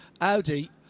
Audi